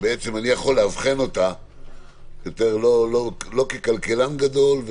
ואני יכול לאבחן אותה לא ככלכלן גדול,